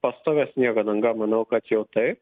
pastovia sniego danga manau kad jau taip